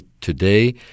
today